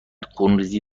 خونریزی